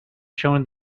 shown